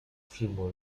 filmu